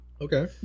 Okay